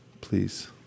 Please